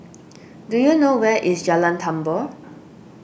do you know where is Jalan Tambur